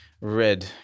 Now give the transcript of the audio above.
red